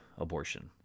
abortion